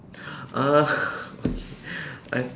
ah okay I